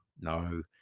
no